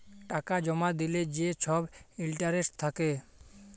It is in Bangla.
টাকা জমা দিলে যে ছব ইলটারেস্ট থ্যাকে